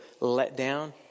letdown